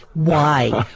why?